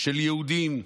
של יהודים,